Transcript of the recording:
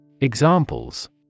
Examples